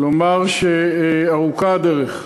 לומר שארוכה הדרך.